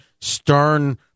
Stern